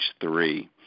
three